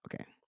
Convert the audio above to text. okay